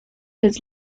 his